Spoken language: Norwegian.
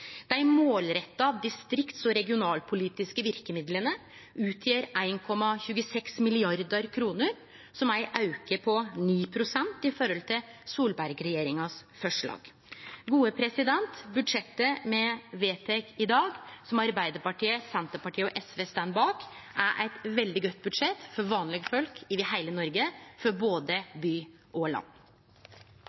Dei målretta distrikts- og regionalpolitiske verkemidla utgjer 1,26 mrd. kr, som er ein auke på 9 pst. i forhold til Solberg-regjeringas forslag. Budsjettet me vedtek i dag, som Arbeidarpartiet, Senterpartiet og SV står bak, er eit veldig godt budsjett for vanlege folk over heile Noreg, for både by og land.